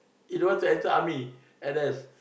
he don't want to enter army N_S